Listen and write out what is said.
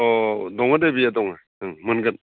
अ दङ दे बियो दङ मोनगोन